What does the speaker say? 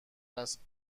است